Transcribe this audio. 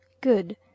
good